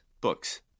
books